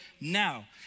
now